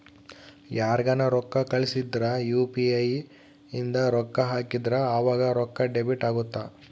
ಯಾರ್ಗನ ರೊಕ್ಕ ಕಳ್ಸಿದ್ರ ಯು.ಪಿ.ಇ ಇಂದ ರೊಕ್ಕ ಹಾಕಿದ್ರ ಆವಾಗ ರೊಕ್ಕ ಡೆಬಿಟ್ ಅಗುತ್ತ